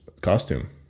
costume